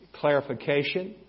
clarification